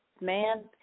man